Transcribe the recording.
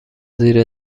زیر